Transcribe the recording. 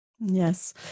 Yes